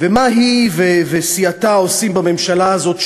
ומה היא וסיעתה עושים בממשלה הזאת,